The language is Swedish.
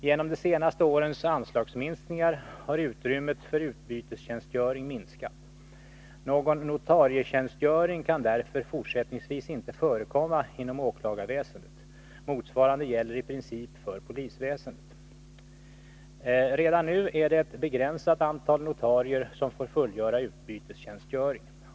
Genom de senaste årens anslagsminskningar har utrymmet för utbytestjänstgöring minskat. Någon notarietjänstgöring kan därför fortsättningsvis inte förekomma inom åklagarväsendet. Motsvarande gäller i princip för polisväsendet. Redan nu är det ett begränsat antal notarier som får fullgöra utbytestjänstgöring.